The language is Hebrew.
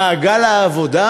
במעגל העבודה,